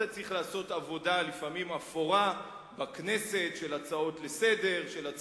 אתה צריך לעשות לפעמים עבודה אפורה בכנסת של הצעות לסדר-היום,